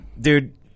Dude